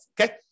Okay